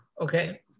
Okay